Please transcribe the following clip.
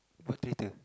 what traitor